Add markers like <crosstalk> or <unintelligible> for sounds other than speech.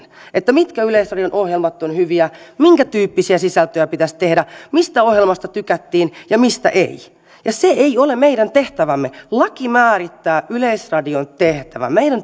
mitkä yleisradion ohjelmat ovat hyviä minkätyyppisiä sisältöjä pitäisi tehdä mistä ohjelmasta tykättiin ja mistä ei mutta se ei ole meidän tehtävämme laki määrittää yleisradion tehtävän meidän <unintelligible>